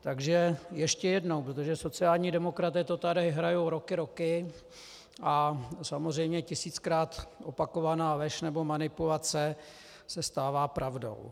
Takže ještě jednou, protože sociální demokraté to tady hrají roky, roky, a samozřejmě tisíckrát opakovaná lež nebo manipulace se stává pravdou.